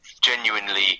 genuinely